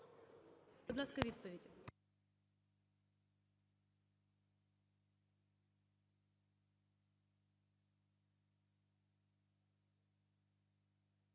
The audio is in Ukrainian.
Дякую.